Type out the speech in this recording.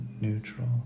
neutral